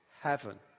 heaven